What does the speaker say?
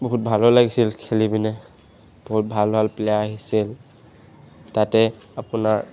বহুত ভালো লাগিছিল খেলি পিনে বহুত ভাল ভাল প্লেয়াৰ আহিছিল তাতে আপোনাৰ